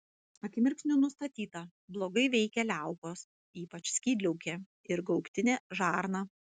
akimirksniu nustatyta blogai veikia liaukos ypač skydliaukė ir gaubtinė žarna